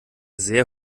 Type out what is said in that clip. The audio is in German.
sehr